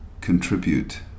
contribute